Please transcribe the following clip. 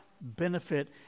benefit